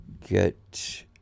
get